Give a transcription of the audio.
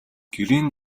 гэрийн